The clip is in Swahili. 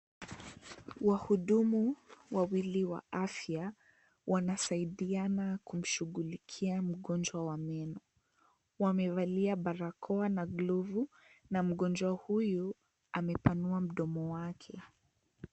Wahudumu wawili wa afya, wanasaidiana kumshughulikia mgonjwa wa meno. Wamevalia barakoa na glavu na mgonjwa huyu amepanua mdomo wake.